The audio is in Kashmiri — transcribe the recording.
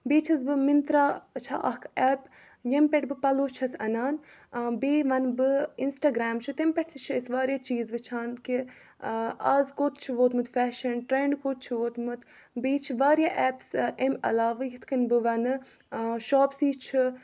بیٚیہِ چھَس بہٕ مِنترٛا چھےٚ اَکھ ایپ ییٚمہِ پٮ۪ٹھ بہٕ پَلو چھَس اَنان بیٚیہِ وَنہٕ بہٕ اِنَسٹاگرٛام چھُ تمہِ پٮ۪ٹھ تہِ چھِ أسۍ واریاہ چیٖز وٕچھان کہِ آز کوٚت چھُ ووتمُت فیشَن ٹرٛٮ۪نٛڈ کوٚت چھُ ووتمُت بیٚیہِ چھِ واریاہ ایپٕس امہِ علاوٕ یِتھ کٔنۍ بہٕ وَنہٕ شاپسی چھِ